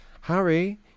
Harry